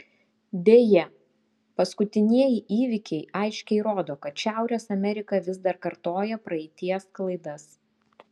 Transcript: deja paskutinieji įvykiai aiškiai rodo kad šiaurės amerika vis dar kartoja praeities klaidas